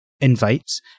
invites